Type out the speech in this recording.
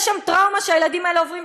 יש שם טראומה שהילדים האלה עוברים,